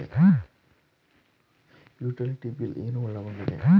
Utility bill ಏನು ಒಳಗೊಂಡಿದೆ?